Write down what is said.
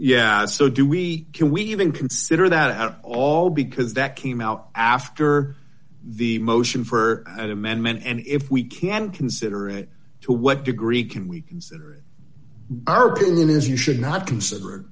yeah so do we can we even consider that at all because that came out after the motion for that amendment and if we can consider it to what degree can we consider our one billion is you should not consider